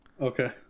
Okay